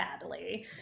sadly